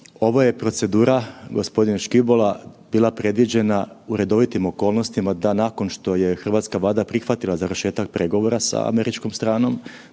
Ovo je procedura, gospodine Škibola bila predviđena u redovitim okolnostima da nakon što je hrvatska Vlada prihvatila završetak pregovora sa američkom stranom,